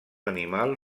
animal